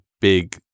big